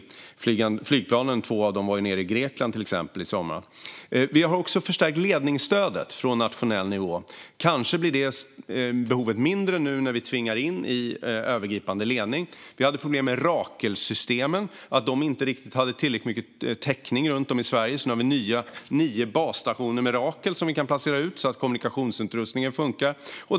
Två av flygplanen var till exempel nere i Grekland i somras. Vi har också förstärkt ledningsstödet från nationell nivå. Kanske blir det behovet mindre nu när vi tvingar in med övergripande ledning. Vi hade problem med att Rakelsystemen inte hade tillräcklig täckning runt om i Sverige. Nu har vi nio nya basstationer med Rakel som vi kan placera ut så att kommunikationsutrustningen fungerar.